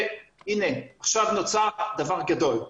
והנה, עכשיו נוצר דבר גדול.